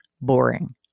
boring